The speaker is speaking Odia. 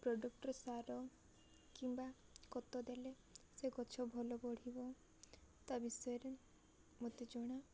ପ୍ରଡ଼କ୍ଟ ସାର କିମ୍ବା ଖତ ଦେଲେ ସେ ଗଛ ଭଲ ବଢ଼ିବ ତା ବିଷୟରେ ମତେ ଜଣା